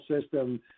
system